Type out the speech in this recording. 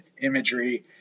imagery